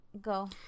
go